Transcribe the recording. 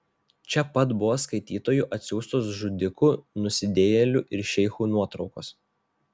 čia pat buvo skaitytojų atsiųstos žudikų nusidėjėlių ir šeichų nuotraukos